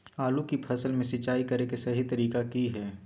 आलू की फसल में सिंचाई करें कि सही तरीका की हय?